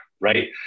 Right